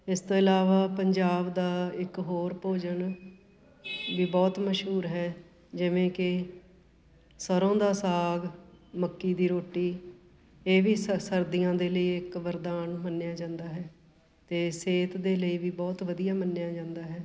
ਇਸ ਤੋਂ ਇਲਾਵਾ ਪੰਜਾਬ ਦਾ ਇੱਕ ਹੋਰ ਭੋਜਨ ਵੀ ਬਹੁਤ ਮਸ਼ਹੂਰ ਹੈ ਜਿਵੇਂ ਕਿ ਸਰ੍ਹੋਂ ਦਾ ਸਾਗ ਮੱਕੀ ਦੀ ਰੋਟੀ ਇਹ ਵੀ ਸ ਸਰਦੀਆਂ ਦੇ ਲਈ ਇੱਕ ਵਰਦਾਨ ਮੰਨਿਆ ਜਾਂਦਾ ਹੈ ਅਤੇ ਸਿਹਤ ਦੇ ਲਈ ਵੀ ਬਹੁਤ ਵਧੀਆ ਮੰਨਿਆ ਜਾਂਦਾ ਹੈ